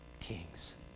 kings